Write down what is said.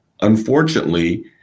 unfortunately